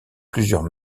plusieurs